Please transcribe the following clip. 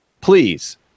please